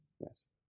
Yes